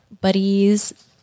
buddies